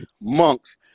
monks